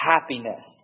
happiness